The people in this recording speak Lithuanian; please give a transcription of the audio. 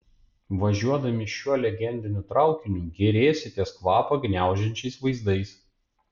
važiuodami šiuo legendiniu traukiniu gėrėsitės kvapą gniaužiančiais vaizdais